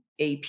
AP